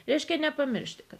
reiškia nepamiršti kad